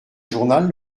journal